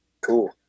Cool